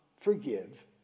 forgive